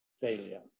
failure